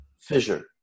fissure